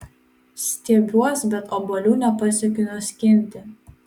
stiebiuos bet obuolių nepasiekiu nuskinti